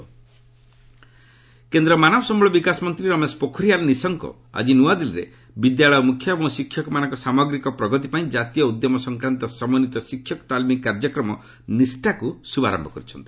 HRD NISHTHA କେନ୍ଦ୍ର ମାନବ ସମ୍ଭଳ ବିକାଶ ମନ୍ତ୍ରୀ ରମେଶ ପୋଖ୍ରିଆଲ୍ ନିଶଙ୍କ ଆଜି ନ୍ତଆଦିଲ୍ଲୀରେ ବିଦ୍ୟାଳୟ ମୁଖ୍ୟ ଏବଂ ଶିକ୍ଷକମାନଙ୍କ ସାମଗ୍ରିକ ପ୍ରଗତି ପାଇଁ ଜାତୀୟ ଉଦ୍ୟମ ସଂକ୍ରାନ୍ତ ସମନ୍ୱିତ ଶିକ୍ଷକ ତାଲିମ୍ କାର୍ଯ୍ୟକ୍ରମ 'ନିଷ୍ଣା'କୁ ଶୁଭାରମ୍ଭ କରିଛନ୍ତି